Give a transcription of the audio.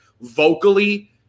vocally